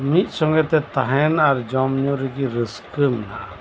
ᱢᱤᱫ ᱥᱚᱸᱜᱮ ᱛᱮ ᱛᱟᱦᱮᱸᱱ ᱟᱨ ᱡᱚᱢ ᱧᱩ ᱨᱮᱜᱮ ᱨᱟᱹᱥᱠᱟᱹ ᱢᱮᱱᱟᱜᱼᱟ